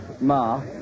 Ma